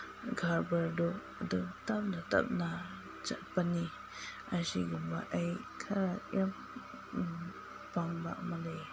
ꯀꯔꯕꯥꯔꯗꯣ ꯑꯗꯨꯝ ꯇꯞꯅ ꯇꯞꯅ ꯆꯠꯄꯅꯤ ꯑꯁꯤꯒꯨꯝꯕ ꯑꯩ ꯈꯔ ꯌꯥꯝ ꯄꯥꯝꯕ ꯑꯃ ꯂꯩꯌꯦ